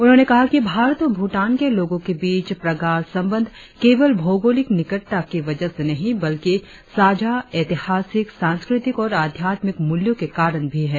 उन्होंने कहा कि भारत और भूटान के लोगों के बीच प्रगाढ़ संबंध केवल भौगोलिक निकटता की वजह से नहीं बल्कि सांझा ऐतिहासिक सांस्कृतिक और आध्यात्मिक मूल्यों के कारण भी हैं